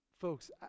Folks